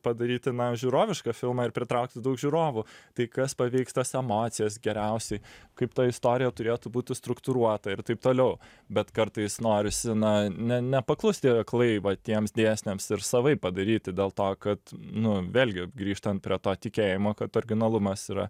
padaryti na žiūrovišką filmą ir pritraukti daug žiūrovų tai kas paveiks tas emocijas geriausiai kaip ta istorija turėtų būti struktūruota ir taip toliau bet kartais norisi na ne nepaklusti aklai va tiems dėsniams ir savaip padaryti dėl to kad nu vėlgi grįžtant prie to tikėjimo kad originalumas yra